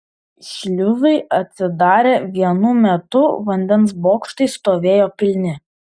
šliuzai atsidarė vienu metu vandens bokštai stovėjo pilni